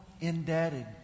indebted